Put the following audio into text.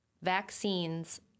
Vaccines